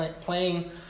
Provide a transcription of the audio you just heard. playing